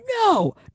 no